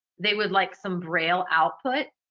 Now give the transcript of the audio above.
they would like some braille output,